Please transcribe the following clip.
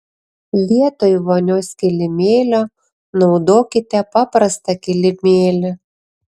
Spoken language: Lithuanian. vietoj vonios kilimėlio naudokite paprastą kilimėlį